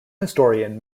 historian